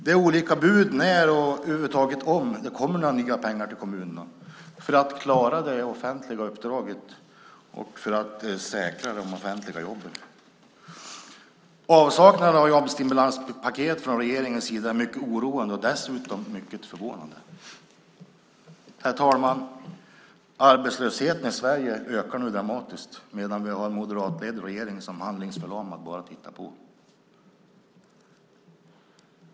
Det är olika bud om när och över huvud taget om det kommer några nya pengar till kommunerna för att klara det offentliga uppdraget och för att säkra de offentliga jobben. Avsaknaden av stimulanspaket från regeringens sida är mycket oroande och dessutom mycket förvånande. Herr talman! Arbetslösheten i Sverige ökar nu dramatiskt medan vi har en moderatledd regering som handlingsförlamad bara tittar på.